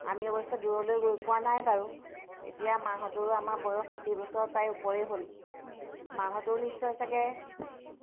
আমি অৱশ্যে দূৰলৈ গৈ পোৱা নাই বাৰু এতিয়া মাহঁতৰো আমাৰ বয়স ষাঠি বছৰ প্ৰায় ওপৰেই হ'ল মাহঁতো নিশ্চয় ছাগৈ